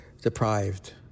deprived